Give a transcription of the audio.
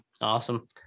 Awesome